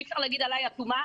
אי אפשר להגיד עליי אטומה.